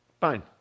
Fine